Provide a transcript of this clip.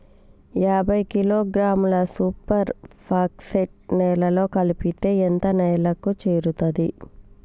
యాభై కిలోగ్రాముల super phosphate నేలలో కలిపితే ఎంత నేలకు చేరుతది?